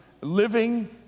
living